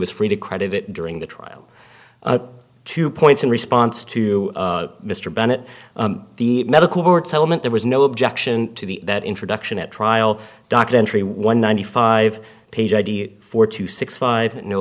was free to credit it during the trial two points in response to mr bennett the medical board settlement there was no objection to the that introduction at trial documentary one ninety five page idea four two six five no